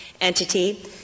entity